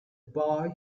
boy